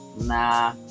Nah